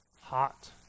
hot